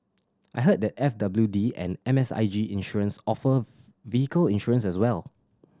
I heard that F W D and M S I G Insurance offer vehicle insurance as well